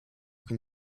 can